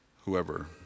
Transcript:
Whoever